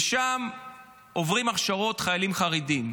שם עוברים הכשרות חיילים חרדים.